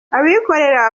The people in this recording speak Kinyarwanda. abikorera